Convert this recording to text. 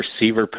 receiver